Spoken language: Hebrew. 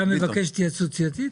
אתה מבקש התייעצות סיעתית?